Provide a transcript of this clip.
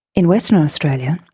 in western australia,